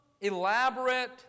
elaborate